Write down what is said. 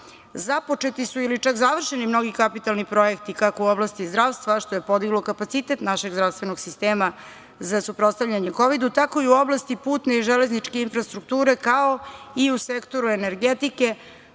Započeti su ili čak završeni mnogi kapitalni projekti kako u oblasti zdravstva, što je podiglo kapacitet našeg zdravstvenog sistema za suprotstavljanje Kovidu, tako i u oblasti putne i železničke infrastrukture, kao i u sektoru energetike,